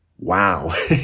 Wow